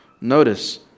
Notice